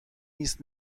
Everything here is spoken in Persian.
نیست